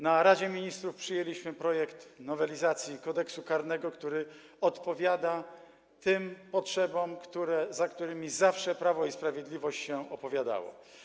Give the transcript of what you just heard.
Na posiedzeniu Rady Ministrów przyjęliśmy projekt nowelizacji Kodeksu karnego, który odpowiada tym potrzebom, za którymi zawsze Prawo i Sprawiedliwość się opowiadało.